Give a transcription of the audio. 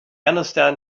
understand